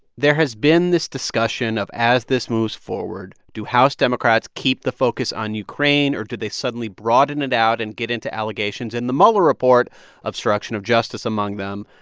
there has been this discussion of as this moves forward, do house democrats keep the focus on ukraine, or do they suddenly broaden it out and get into allegations in the mueller report obstruction of justice among them?